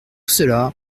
cela